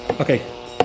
Okay